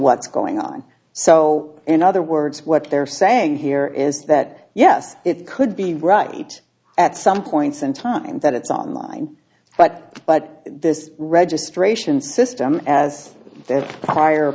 what's going on so in other words what they're saying here is that yes it could be right at some points in time that it's online but but this registration system as